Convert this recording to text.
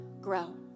grow